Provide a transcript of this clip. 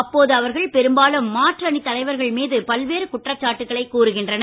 அப்போது அவர்கள் பெரும்பாலும் மாற்று அணித் தலைவர்கள் மீது பல்வேறு குற்றச்சாட்டுக்களை கூறுகின்றனர்